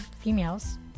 females